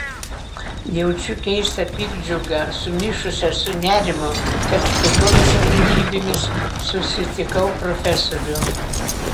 jaučiu keistą piktdžiugą sumišusią su nerimu kad tokiomis aplinkybėmis susitikau profesorių